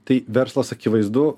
tai verslas akivaizdu